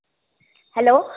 hello